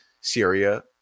Syria